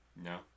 No